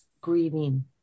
grieving